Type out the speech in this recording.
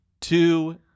two